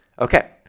Okay